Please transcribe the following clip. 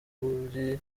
magufuli